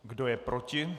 Kdo je proti?